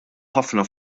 ħafna